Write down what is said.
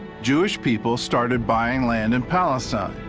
jewish people started buying land in palestine.